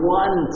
one